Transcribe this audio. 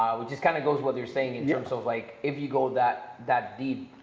we just kind of go through what they're saying in terms of like, if you go that that deep,